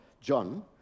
John